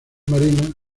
marinas